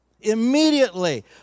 Immediately